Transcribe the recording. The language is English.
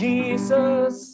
Jesus